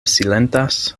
silentas